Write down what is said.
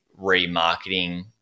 remarketing